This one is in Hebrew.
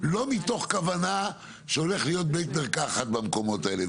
לא מתוך כוונה שהולך להיות בית מרקחת במקומות האלה,